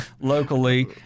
locally